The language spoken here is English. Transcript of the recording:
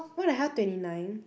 what the hell twenty nine